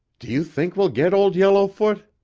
do you think we'll get old yellowfoot?